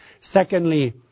Secondly